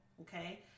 okay